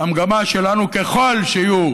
המגמה שלנו היא שככל שיהיו